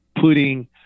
putting